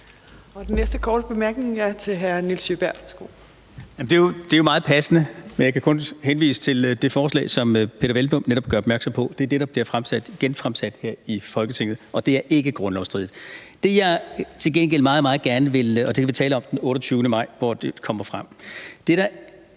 Det er jo meget passende. Jeg kan kun henvise til det forslag, som Peder Hvelplund netop gør opmærksom på; det er det, der bliver genfremsat her i Folketinget, og det er ikke grundlovsstridigt – og det kan vi tale om den 28. maj, hvor det kommer frem.